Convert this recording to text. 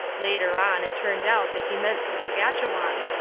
later on it turned out that he meant saskatchewan.